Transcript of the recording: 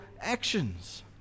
actions